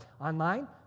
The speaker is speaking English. Online